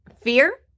fear